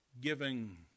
giving